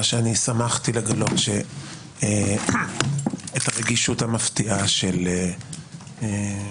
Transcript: שאני שמחתי לגלות את הרגישות המפתיעה של חברי,